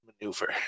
maneuver